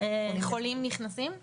חולים נכנסים.